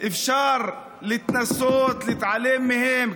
אפשר לנסות להתעלם מהם.